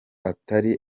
atari